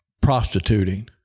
prostituting